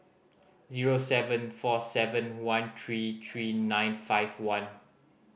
zero seven four seven one three three nine five one